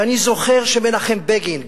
ואני זוכר שמנחם בגין,